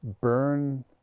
burn